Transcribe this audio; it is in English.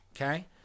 okay